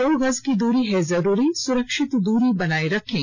दो गज की दूरी है जरूरी सुरक्षित दूरी बनाए रखें